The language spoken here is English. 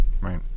Right